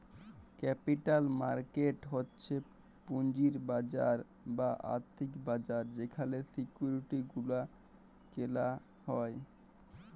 capital market হচ্ছ পুঁজির বাজার বা আর্থিক বাজার যেখালে সিকিউরিটি গুলা কেলা হ্যয়